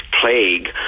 plague